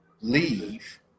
leave